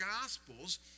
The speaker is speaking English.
Gospels